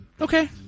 Okay